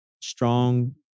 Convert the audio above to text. strong